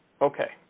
Okay